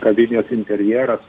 kavinės interjeras